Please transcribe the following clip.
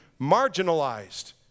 marginalized